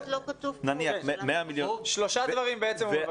הוא מבקש שלושה דברים.